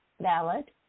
valid